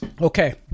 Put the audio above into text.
Okay